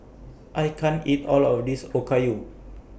I can't eat All of This Okayu